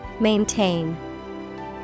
Maintain